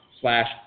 Slash